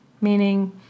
meaning